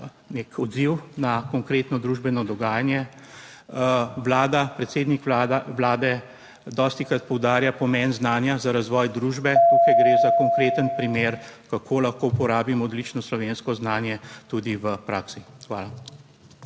nek odziv na konkretno družbeno dogajanje. Vlada, predsednik Vlade dostikrat poudarja pomen znanja za razvoj družbe. / znak za konec razprave/ Tukaj gre za konkreten primer kako lahko uporabimo odlično slovensko znanje tudi v praksi. Hvala.